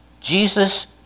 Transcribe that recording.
Jesus